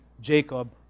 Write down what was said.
Jacob